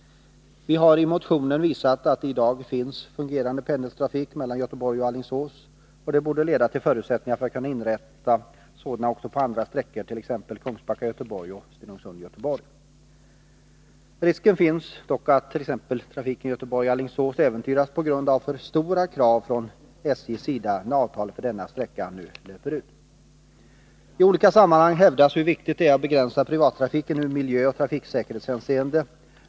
Vi har i motionen visat att det i dag finns fungerande pendeltågstrafik mellan Göteborg och Alingsås, och det borde leda till förutsättningar för att kunna inrätta sådan också på andra sträckor, t.ex. Kungsbacka-Göteborg och Stenungsund-Göteborg. Risken finns dock att t.ex. trafiken Göteborg-Alingsås äventyras på grund av för stora krav från SJ:s sida när avtalet för denna sträcka nu löper ut. I olika sammanhang hävdas hur viktigt det är att begränsa privattrafiken i miljöoch trafiksäkerhetshänseende.